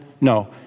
No